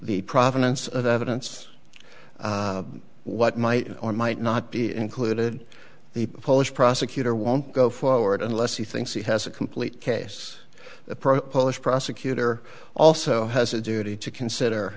the provenance of evidence what might or might not be included the polish prosecutor won't go forward unless he thinks he has a complete case pro polish prosecutor also has a duty to consider